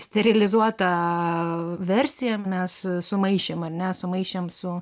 sterilizuotą versiją mes sumaišėm ar ne sumaišėm su